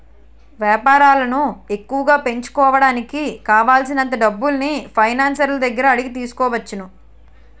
వేపారాలను ఎక్కువగా పెంచుకోడానికి కావాలిసినంత డబ్బుల్ని ఫైనాన్సర్ల దగ్గర అడిగి తీసుకోవచ్చు